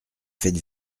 faites